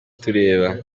tureba